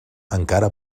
encara